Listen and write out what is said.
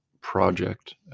project